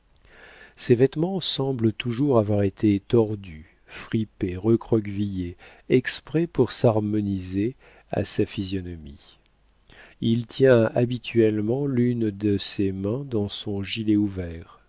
ses vêtements semblent toujours avoir été tordus fripés recroquevillés exprès pour s'harmonier à sa physionomie il tient habituellement l'une de ses mains dans son gilet ouvert